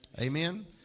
amen